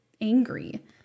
angry